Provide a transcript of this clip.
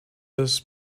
this